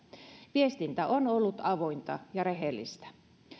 viestintä on ollut avointa ja rehellistä